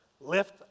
Lift